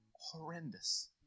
horrendous